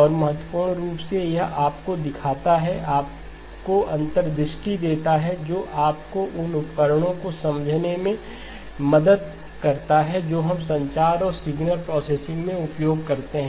और महत्वपूर्ण रूप से यह आपको दिखाता है आपको अंतर्दृष्टि देता है जो आपको उन उपकरणों को समझने में मदद करता है जो हम संचार और सिग्नल प्रोसेसिंग में उपयोग करते हैं